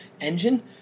engine